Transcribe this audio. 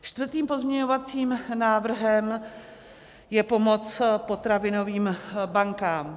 Čtvrtým pozměňovacím návrhem je pomoc potravinovým bankám.